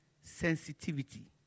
sensitivity